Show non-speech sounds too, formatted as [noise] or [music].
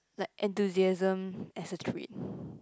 like enthusiasm as a trait [breath]